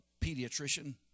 pediatrician